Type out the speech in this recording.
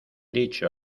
dicho